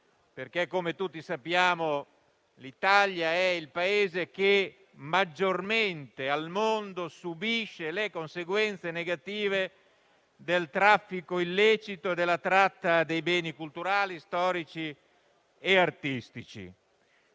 perché, come tutti sappiamo, l'Italia è il Paese che maggiormente al mondo subisce le conseguenze negative del traffico illecito e della tratta dei beni culturali, storici e artistici.